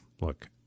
look